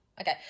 Okay